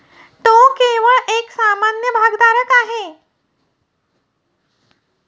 तो केवळ एक सामान्य भागधारक आहे